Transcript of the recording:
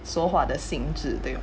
说话的性质的